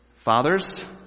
Fathers